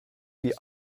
wie